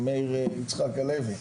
עם מאיר יצחק הלוי,